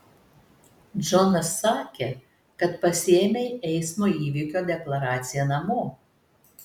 džonas sakė kad pasiėmei eismo įvykio deklaraciją namo